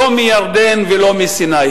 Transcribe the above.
לא מירדן ולא מסיני.